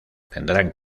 tendrán